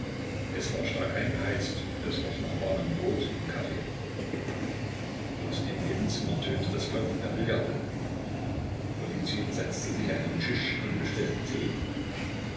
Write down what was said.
es war stark eingeheizt und es roch nach warmem brot und kaffee aus dem nebenzimmer tönte das klopfen der billardbälle golizyn setzte sich an ein tischchen und bestellte tee